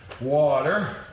water